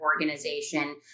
organization